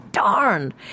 Darn